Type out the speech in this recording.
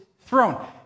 throne